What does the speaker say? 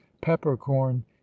peppercorn